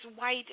white